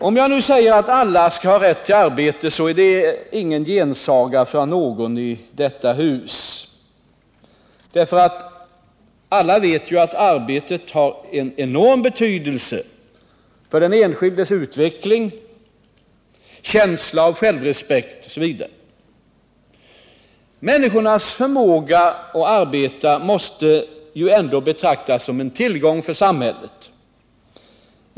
Om jag säger att alla skall ha rätt till arbete kommer ingen gensaga från någon i detta hus, för alla vet att arbetet har en enorm betydelse för den enskildes utveckling, känsla av självrespekt osv. Människornas förmåga att arbeta måste ändå betraktas som en tillgång för samhället.